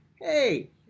hey